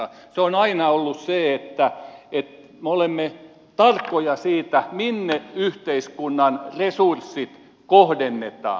se on aina ollut se että me olemme tarkkoja siitä minne yhteiskunnan resurssit kohdennetaan